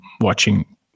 watching